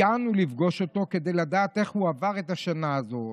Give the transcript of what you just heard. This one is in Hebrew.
הגענו לפגוש אותו כדי לדעת איך הוא עבר את השנה הזאת,